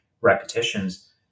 repetitions